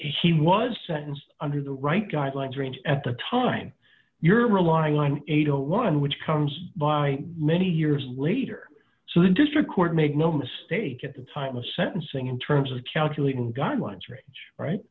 he was sentenced under the right guidelines range at the time you're relying on eighty one which comes by many years later so the district court make no mistake at the time of sentencing in terms of calculating the guidelines range right